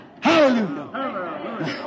Hallelujah